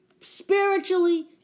spiritually